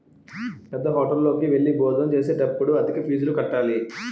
పేద్దహోటల్లోకి వెళ్లి భోజనం చేసేటప్పుడు అధిక ఫీజులు కట్టాలి